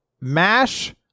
Mash